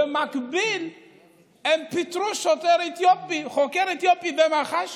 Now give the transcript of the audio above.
ובמקביל הם פיטרו שוטר אתיופי, חוקר אתיופי במח"ש.